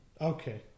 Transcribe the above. Okay